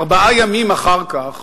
ארבעה ימים אחר כך